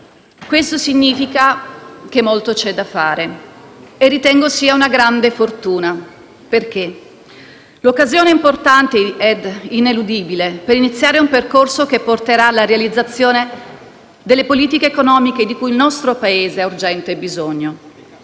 Questo significa che c'è molto da fare e ritengo sia una grande fortuna, perché questa è un'occasione importante e ineludibile per iniziare un percorso che porterà alla realizzazione delle politiche economiche di cui il nostro Paese ha urgente bisogno,